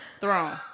Throne